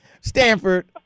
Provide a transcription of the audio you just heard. Stanford